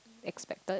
expected